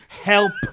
Help